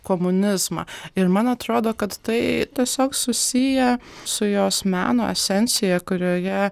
komunizmą ir man atrodo kad tai tiesiog susiję su jos meno esencija kurioje